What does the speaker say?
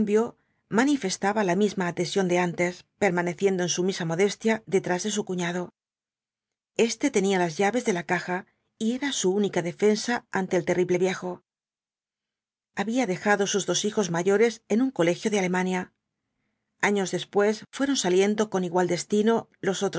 manifestaba la misma adhesión de antes permaneciendo en sumisa modestia detrás de su cuñado este tenía las llaves de la caja y era su única defensa ante el terrible viejo había dejado sus dos hijos mayores en un colegio de alemania años después fueron saliendo con igual destino los